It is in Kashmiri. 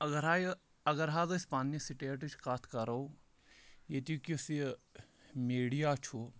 اَگر ہا یہِ اَگر حظ أسۍ پنٛنہِ سٕٹیٹٕچ کَتھ کَرو ییٚتیُک یُس یہِ میٖڈیا چھُ